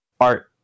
art